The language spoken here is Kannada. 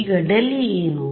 ಈಗ ∇e ಏನು